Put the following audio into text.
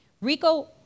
Rico